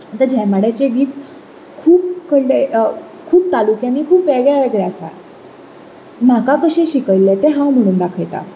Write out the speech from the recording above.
आतां झेमाड्याचें गीत खूब कडलें खूब तालुक्यांनी वेगळें वेगळें आसा म्हाका कशें शिकयल्लें तें हांव म्हणून दाखयता